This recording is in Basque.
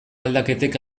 aldaketek